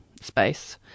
space